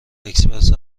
اکسپرس